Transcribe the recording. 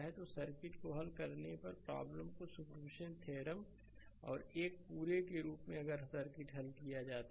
तो सर्किट को हल करने पर प्रॉब्लम को सुपरपोजिशन थ्योरम और एक पूरे के रूप में अगर सर्किट को हल किया जाता है